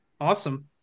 Awesome